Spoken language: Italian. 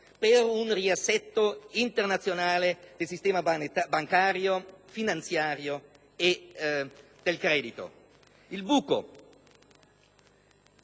ad un riassetto internazionale del sistema bancario, finanziario e del credito.